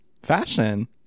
Fashion